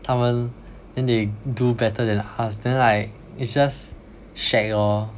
他们 then they do better than us then like it's just shag lor